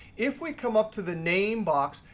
if we come up to the name box,